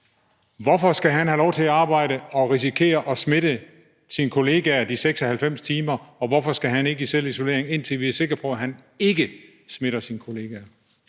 Hvorfor skal han have lov til at arbejde og risikere at smitte sine kollegaer de 96 timer? Hvorfor skal han ikke i selvisolering, indtil vi er sikre på, at han ikke smitter sine kollegaer?